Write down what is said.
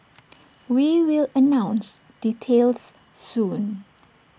we will announce details soon